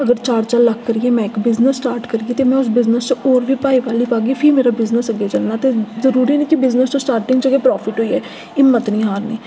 अगर चार चार लक्ख करियै में इक बिजनेस स्टार्ट करगी ते में उस बिजनेस होर बी भाईवाली पाह्गी फ्ही मेरा बिजनेस अग्गें चलना ते जरूरी निं कि बिजनेस च स्टार्टिंग च गै प्रॉफिट होई जा हिम्मत निं हारनी